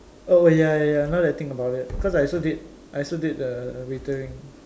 oh wait ya ya ya now that I think about it cause I also did I also did the waitering